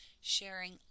sharing